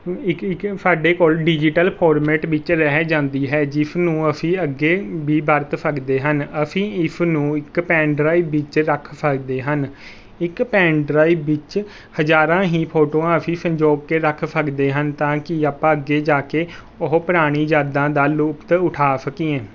ਇੱਕ ਇੱਕ ਸਾਡੇ ਕੋਲ ਡਿਜੀਟਲ ਫੋਰਮੈਟ ਵਿੱਚ ਰਹਿ ਜਾਂਦੀ ਹੈ ਜਿਸ ਨੂੰ ਅਸੀਂ ਅੱਗੇ ਵੀ ਵਰਤ ਸਕਦੇ ਹਨ ਅਸੀਂ ਇਸ ਨੂੰ ਇੱਕ ਪੈਨ ਡਰਾਈਵ ਵਿੱਚ ਰੱਖ ਸਕਦੇ ਹਨ ਇੱਕ ਪੈਨ ਡਰਾਈਵ ਵਿੱਚ ਹਜ਼ਾਰਾਂ ਹੀ ਫੋਟੋਆਂ ਅਸੀਂ ਸੰਜੋਗ ਕੇ ਰੱਖ ਸਕਦੇ ਹਨ ਤਾਂ ਕਿ ਆਪਾਂ ਅੱਗੇ ਜਾ ਕੇ ਉਹ ਪੁਰਾਣੀ ਯਾਦਾਂ ਦਾ ਲੁਤਫ਼ ਉਠਾ ਸਕੀਏ